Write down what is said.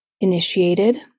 initiated